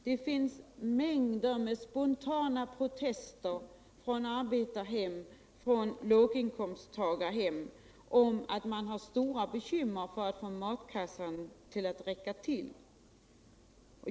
Det finns mängder med spontana protester från arbetar och låginkomsttagarhem med anledning av att man har stora bekymmer för att få matkassan att räcka till.